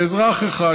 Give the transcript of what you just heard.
לאזרח אחד,